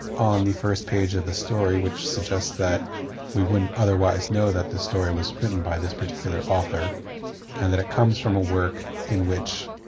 on the first page of the story, which suggests that we wouldn't otherwise know that the story was written by this particular author and that it comes from a work in which